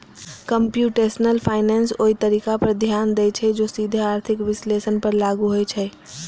computational finance ओइ तरीका पर ध्यान दै छै, जे सीधे आर्थिक विश्लेषण पर लागू होइ छै